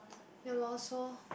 ya lor so